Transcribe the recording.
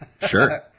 Sure